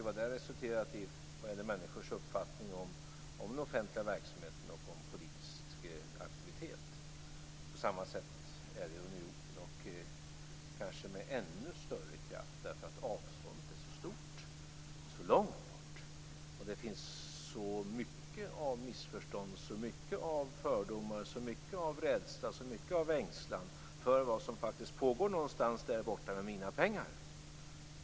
Vi vet vilken inverkan det har haft på människors uppfattning om den offentliga verksamheten och om politisk aktivitet. På samma sätt är det med unionen, kanske med ännu större kraft därför att avståndet är så stort. Det sker så långt bort, och det finns så mycket av missförstånd, av fördomar och av rädsla och ängslan för vad som faktiskt pågår någonstans där borta med mina pengar.